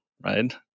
right